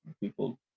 People